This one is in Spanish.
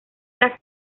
las